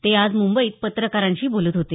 ते आज मुंबईत पत्रकारांशी बोलत होते